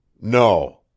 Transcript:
No